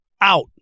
out